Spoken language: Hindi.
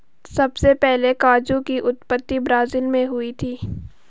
सबसे पहले काजू की उत्पत्ति ब्राज़ील मैं हुई थी